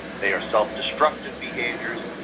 they are self-destructive behaviors.